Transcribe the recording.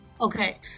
okay